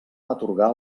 atorgar